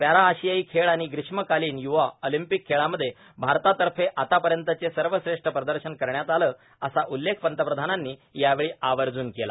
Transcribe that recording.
पॅराआशियाई खेळ आणि ग्रीष्मकालीन य्रवा ऑलिम्पिक खेळामघ्ये भारतातफे आतापर्यतचे सर्वश्रेष्ठ प्रदर्शन करण्यात आलं असा उल्लेख पंतप्रधानांनी यावेळी आवर्जून केला